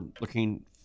looking